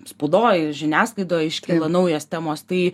spaudoj žiniasklaidoj iškyla naujos temos tai